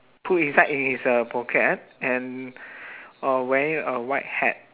put inside in his uh pocket and uh wearing a white hat